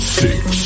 six